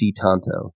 Tonto